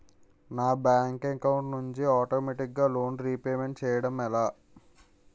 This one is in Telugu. నా బ్యాంక్ అకౌంట్ నుండి ఆటోమేటిగ్గా లోన్ రీపేమెంట్ చేయడం ఎలా?